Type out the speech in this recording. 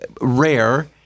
rare